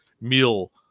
meal